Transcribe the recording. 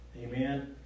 Amen